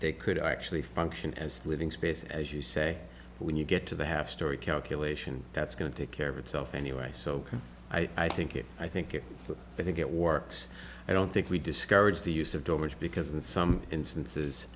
they could actually function as living space as you say but when you get to the half storey calculation that's going to take care of itself anyway so i think it i think it but i think it works i don't think we discourage the use of dollars because in some instances